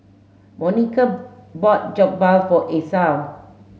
Monica bought Jokbal for Esau